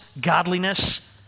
godliness